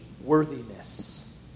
worthiness